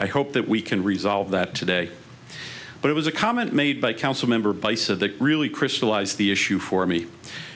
i hope that we can resolve that today but it was a comment made by council member base of the really crystallized the issue for me